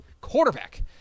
quarterback